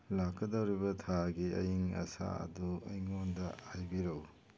ꯂꯥꯛꯀꯗꯧꯔꯤꯕ ꯊꯥꯒꯤ ꯑꯌꯤꯡ ꯑꯁꯥ ꯑꯗꯨ ꯑꯩꯉꯣꯟꯗ ꯍꯥꯏꯕꯤꯔꯛꯎ